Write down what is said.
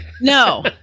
No